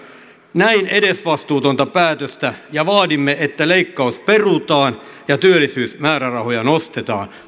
näin edesvastuutonta päätöstä ja vaadimme että leikkaus perutaan ja työllisyysmäärärahoja nostetaan